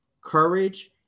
Courage